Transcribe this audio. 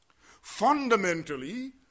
Fundamentally